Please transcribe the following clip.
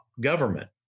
government